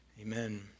amen